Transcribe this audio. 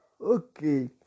okay